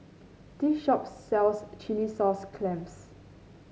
this shop sells Chilli Sauce Clams